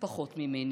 יותר ממני,